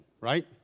Right